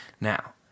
Now